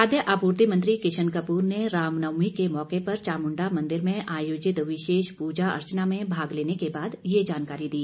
खाद्य आपूर्ति मंत्री किशन कपूर ने रामनवर्मी के मौके पर चामुण्डा मंदिर में आयोजित विशेष पूजा अर्चना में भाग लेने के बाद ये जानकारी दी